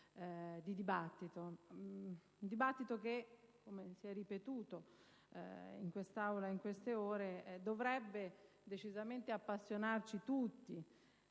Dibattito che, come si è ripetuto in quest'Aula in queste ore, dovrebbe decisamente appassionarci tutti.